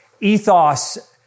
ethos